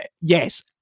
yes